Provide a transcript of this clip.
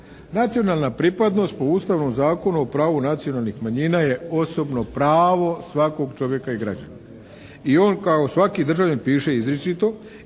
Nacionalna pripadnost po Ustavnom zakonu o pravu nacionalnih manjina je osobno pravo svakog čovjeka i građanina i on kao svaki državljanin, piše izričito,